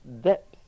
depth